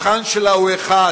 המבחן אחד בעיני,